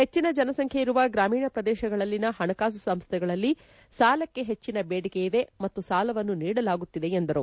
ಹೆಚ್ಚಿನ ಜನಸಂಖ್ಯೆಯಿರುವ ಗ್ರಾಮೀಣ ಪ್ರದೇತಗಳಲ್ಲಿನ ಹಣಕಾಸು ಸಂಸ್ಥೆಗಳಲ್ಲಿ ಸಾಲಕ್ಷೆ ಹೆಚ್ಚನ ದೇಡಿಕೆಯಿದೆ ಮತ್ತು ಸಾಲವನ್ನು ನೀಡಲಾಗುತ್ತಿದೆ ಎಂದರು